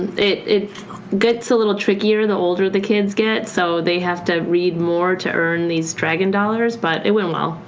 it it gets a little trickier the older the kids get. so they have to read more to earn these dragon dollars but it went well.